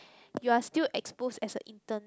you're still exposed as a intern